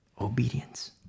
Obedience